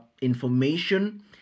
information